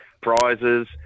prizes